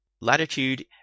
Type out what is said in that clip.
Latitude